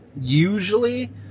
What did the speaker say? usually